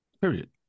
Period